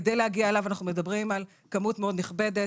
כדי להגיע אליו אנחנו מדברים על כמות מאוד נכבדה.